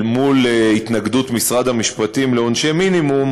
מול התנגדות משרד המשפטים לעונשי מינימום,